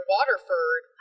Waterford